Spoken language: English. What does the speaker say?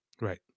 Right